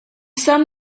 sun